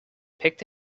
picked